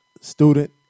student